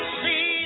see